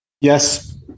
Yes